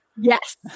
Yes